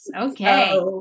Okay